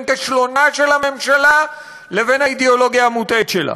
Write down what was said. כישלונה של הממשלה לבין האידיאולוגיה המוטעית שלה.